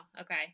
Okay